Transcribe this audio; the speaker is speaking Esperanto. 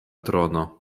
trono